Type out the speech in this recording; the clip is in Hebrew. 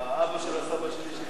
אבא של הסבא שלי שילם כסף.